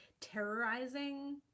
terrorizing